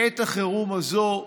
לעת החירום הזו,